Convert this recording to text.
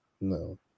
No